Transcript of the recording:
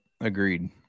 Agreed